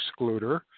excluder